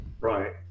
Right